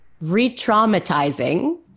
re-traumatizing